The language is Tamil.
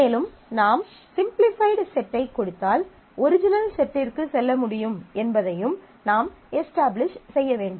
மேலும் நாம் சிம்ப்ளிஃபைஃடு செட்டைக் கொடுத்தால் ஒரிஜினல் செட்டிற்குச் செல்ல முடியும் என்பதையும் நாம் எஸ்டாபிளிஷ் செய்ய வேண்டும்